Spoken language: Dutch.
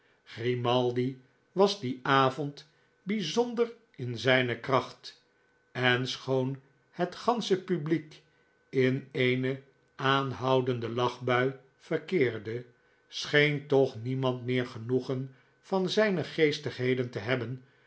grimaldi was dien avond bijzonder in zijne kracht en schoon het gansche publiek in eene aanhoudende lachbui verkeerde scheen toch niemand meer genoegen van zijne geestigheden te hebben